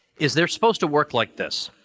is there supposed to work like this